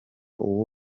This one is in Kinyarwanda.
uwo